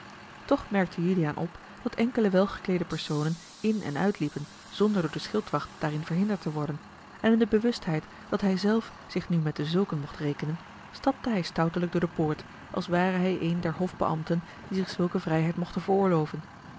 toch merkte juliaan op dat enkele welgekleede personen in en uitliepen zonder door de schildwacht daarin verhinderd te worden en in de bewustheid dat hij zelf zich nu met dezulken mocht rekenen stapte hij stoutelijk door de poort als ware hij een der hofbeambten die zich zulke vrijheid mocht veroorloven